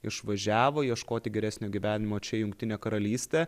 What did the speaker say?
išvažiavo ieškoti geresnio gyvenimo čia į jungtinę karalystę